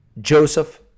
Joseph